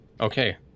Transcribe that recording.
Okay